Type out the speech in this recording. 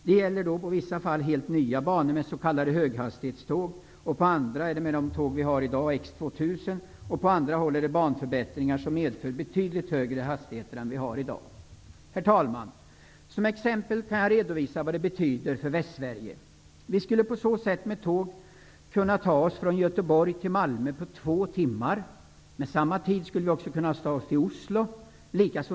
Det gäller då i vissa fall helt nya banor med s.k. höghastighetståg och i andra fall tåg som vi har i dag, X 2000, samt på andra håll banförbättringar som medför betydligt högre hastigheter än vi har i dag. Herr talman! Som exempel kan jag redovisa vad det betyder för Västsverige. Vi skulle på så sätt med tåg kunna ta oss från Göteborg till Malmö på två timmar, likaså från Göteborg till Oslo.